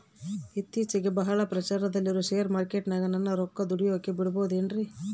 ಇತ್ತೇಚಿಗೆ ಬಹಳ ಪ್ರಚಾರದಲ್ಲಿರೋ ಶೇರ್ ಮಾರ್ಕೇಟಿನಾಗ ನನ್ನ ರೊಕ್ಕ ದುಡಿಯೋಕೆ ಬಿಡುಬಹುದೇನ್ರಿ?